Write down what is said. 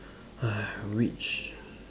!hais! reach